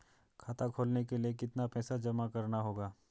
खाता खोलने के लिये कितना पैसा जमा करना होगा?